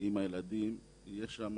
עם הילדים, יש שם